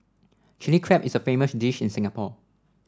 Chilli Crab is a famous dish in Singapore